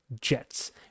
jets